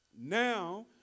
Now